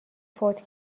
فوت